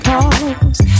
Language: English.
Cause